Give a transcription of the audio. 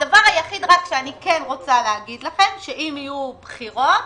הדבר היחיד - אם יהיו בחירות,